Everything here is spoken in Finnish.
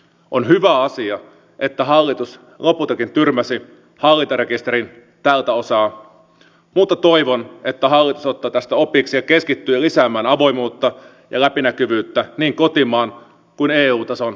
on hyvä asia että hallitus lopultakin tyrmäsi hallintarekisterin tältä osaa mutta toivon että hallitus ottaa tästä opiksi ja keskittyy lisäämään avoimuutta ja läpinäkyvyyttä niin kotimaan kuin eu tason politiikassa